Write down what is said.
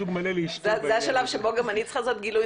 זה השלב שבו גם אני צריכה לעשות גילוי